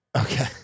Okay